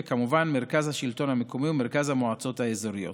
וכמובן מרכז השלטון המקומי ומרכז המועצות האזוריות.